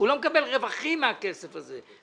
הוא לא מקבל רווחים מהכסף הזה.